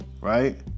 Right